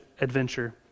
adventure